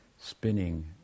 spinning